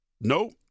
Nope